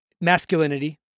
Masculinity